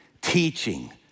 teaching